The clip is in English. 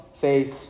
face